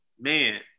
man